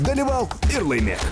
dalyvauk ir laimėk